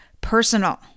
personal